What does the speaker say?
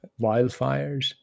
wildfires